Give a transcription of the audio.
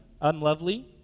unlovely